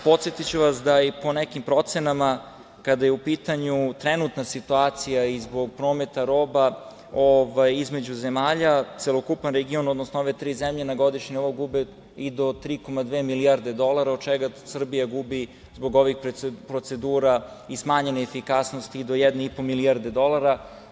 Podsetiću vas da i po nekim procenama, kada je u pitanju trenutna situacija i zbog prometa roba između zemalja, celokupan region, odnosno ove tri zemlje na godišnjem nivou gube i do 3,2 milijarde dolara, od čega Srbija gubi zbog ovih procedura i smanjene efikasnosti do 1,5 milijarde dolara.